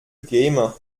gamer